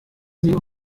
sie